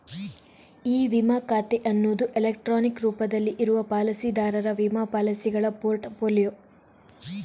E ವಿಮಾ ಖಾತೆ ಅನ್ನುದು ಎಲೆಕ್ಟ್ರಾನಿಕ್ ರೂಪದಲ್ಲಿ ಇರುವ ಪಾಲಿಸಿದಾರರ ವಿಮಾ ಪಾಲಿಸಿಗಳ ಪೋರ್ಟ್ ಫೋಲಿಯೊ